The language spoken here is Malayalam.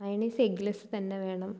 മയോണൈസ് എഗ്ഗ്ലെസ് തന്നെ വേണം